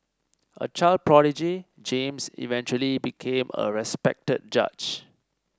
a child prodigy James eventually became a respected judge